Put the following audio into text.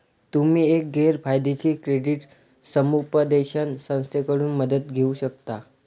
तुम्ही एक गैर फायदेशीर क्रेडिट समुपदेशन संस्थेकडून मदत घेऊ शकता